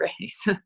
race